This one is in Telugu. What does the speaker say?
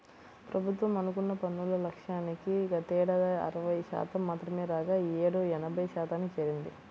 ప్రభుత్వం అనుకున్న పన్నుల లక్ష్యానికి గతేడాది అరవై శాతం మాత్రమే రాగా ఈ యేడు ఎనభై శాతానికి చేరింది